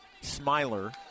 Smiler